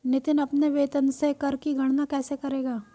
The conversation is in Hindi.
नितिन अपने वेतन से कर की गणना कैसे करेगा?